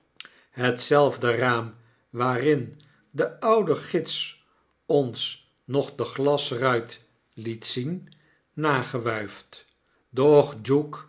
hetzelfde raam waarin de oude gids ons nog de glasruit liet zien nagewuifd doch